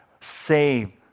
saved